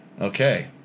Okay